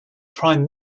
prime